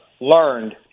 learned